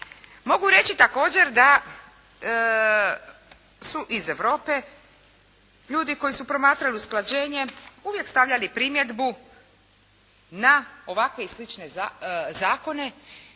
Mogu reći također da su iz Europe ljudi koji su promatrali usklađenje uvijek stavljali primjedbu na ovakve i slične zakone.